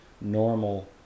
normal